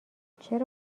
چرا